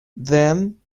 then